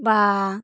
বা